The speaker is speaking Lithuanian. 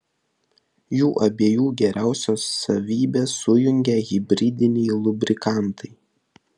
jų abiejų geriausias savybes sujungia hibridiniai lubrikantai